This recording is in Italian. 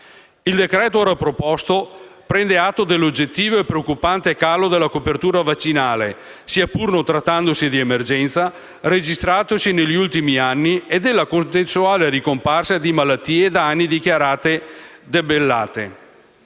Il decreto ora proposto prende atto dell'oggettivo e preoccupante calo della copertura vaccinale - sia pur non trattandosi di emergenza - registratosi negli ultimi anni e della contestuale ricomparsa di alcune malattie da anni dichiarate debellate.